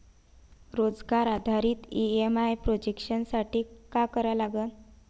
रोजगार आधारित EMI projection साठी का करा लागन?